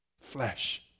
Flesh